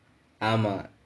ஆமா:aamaa